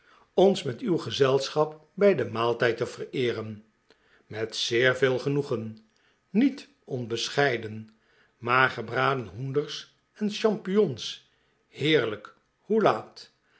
ons met uw gezelschap bij den maaltijd te vereeren met zeer veel genoegen met onbescheiden maar gebraden hoenders en champignons heerlijk hoe laat